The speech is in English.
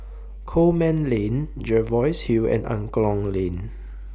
Coleman Lane Jervois Hill and Angklong Lane